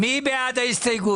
מי בעד ההסתייגות?